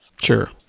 Sure